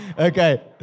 Okay